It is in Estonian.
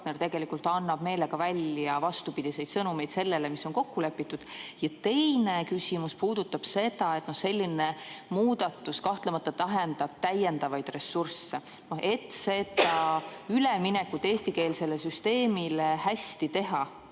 tegelikult annab meelega vastupidiseid sõnumeid võrreldes sellega, mis on kokku lepitud? Ja teine küsimus puudutab seda, et selline muudatus kahtlemata tähendab täiendavaid ressursse, et see üleminek eestikeelsele süsteemile hästi teha,